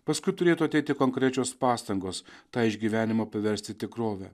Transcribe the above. paskui turėtų ateiti konkrečios pastangos tą išgyvenimą paversti tikrove